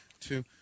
Two